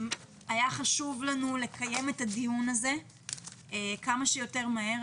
היה חשוב לנו לקיים את הדיון הזה כמה שיותר מהר,